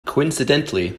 coincidentally